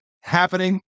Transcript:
happening